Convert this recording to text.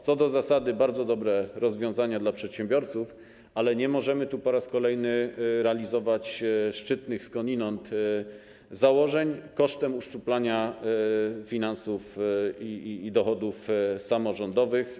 Co do zasady są to bardzo dobre rozwiązania dla przedsiębiorców, ale nie możemy po raz kolejny realizować szczytnych skądinąd założeń kosztem uszczuplania finansów i dochodów samorządowych.